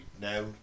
now